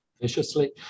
viciously